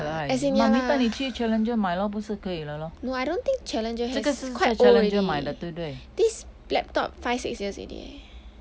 ya lah as ya lah no I don't think challenger has quite old already this laptop five six years already eh